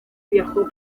viajó